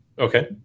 Okay